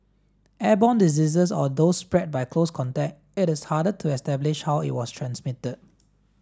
airborne diseases or those spread by close contact it is harder to establish how it was transmitted